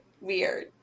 weird